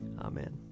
Amen